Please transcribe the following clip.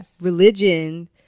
religion